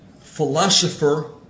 philosopher